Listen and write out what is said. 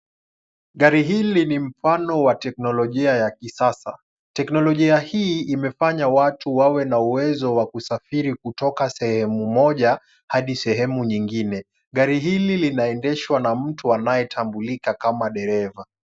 Gari hili ni mfano wa teknolojia ya kisasa. Teknolojia hii imefanya watu wawe na uwezo wa kusafiri kutoka sehemu moja hadi sehemu nyingine. Gari hili linaendeshwa na mtu anayetambulika kama dereva.